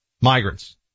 Migrants